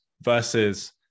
versus